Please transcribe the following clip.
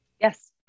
Yes